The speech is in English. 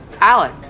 Alec